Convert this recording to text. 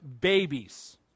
babies